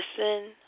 listen